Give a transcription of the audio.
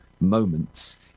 moments